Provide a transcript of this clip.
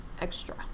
extra